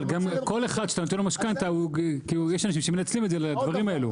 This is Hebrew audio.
אבל כל אחד שאתה נותן לו משכנתה יש אנשים שמנצלים את זה והדברים האלו.